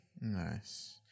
Nice